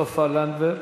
סופה לנדבר,